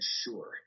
Sure